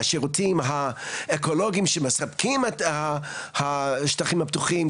השירותים האקולוגיים שמספקים את השטחים הפתוחים,